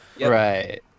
Right